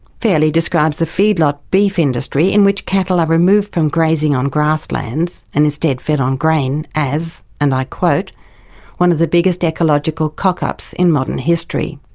fairlie describes the feedlot beef industry in which cattle are removed from grazing on grasslands and instead fed on grain as, and i quote one of the biggest ecological cock-ups in modern history.